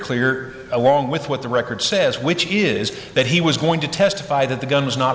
clear along with what the record says which is that he was going to testify that the gun was not